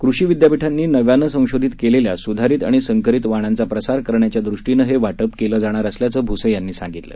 कृषी विद्यापीठांनी नव्यानं संशोधित केलेल्या सुधारित आणि संकरित वाणांचा प्रसार करण्याच्यादृष्टीनं हे वाटप केलं जाणार असल्याचं भुसे यांनी सांगितलं